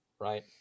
right